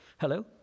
Hello